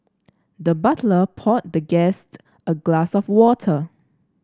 the butler poured the guest a glass of water